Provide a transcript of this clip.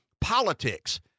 politics